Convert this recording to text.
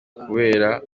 kubera